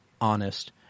honest